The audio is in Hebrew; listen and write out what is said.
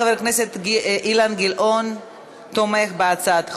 חבר הכנסת אילן גילאון תומך בהצעת החוק.